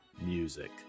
music